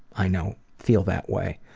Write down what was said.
i know, feel that way.